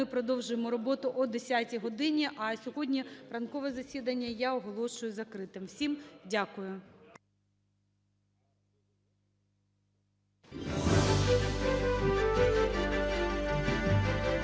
ми продовжимо роботу о 10 годині. А сьогодні ранкове засідання я оголошую закритим. Всім дякую.